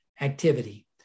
activity